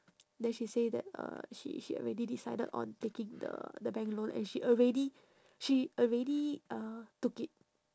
then she say that uh she she already decided on taking the the bank loan and she already she already uh took it